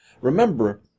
Remember